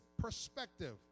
perspective